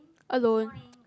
alone